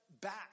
back